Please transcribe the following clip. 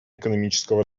экономического